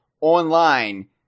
online